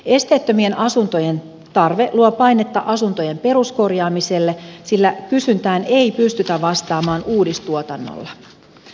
esteettömien asuntojen tarve luo painetta asuntojen peruskorjaamiselle sillä kysyntään ei pystytä vastaamaan uudistuotannolla